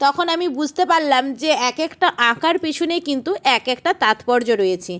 তখন আমি বুঝতে পারলাম যে এক একটা আঁকার পিছনে কিন্তু এক একটা তাৎপর্য রয়েছে